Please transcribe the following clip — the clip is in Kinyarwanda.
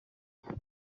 giciro